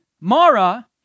Mara